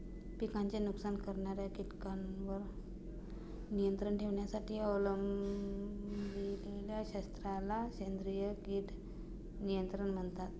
पिकांचे नुकसान करणाऱ्या कीटकांवर नियंत्रण ठेवण्यासाठी अवलंबिलेल्या शास्त्राला सेंद्रिय कीड नियंत्रण म्हणतात